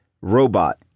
robot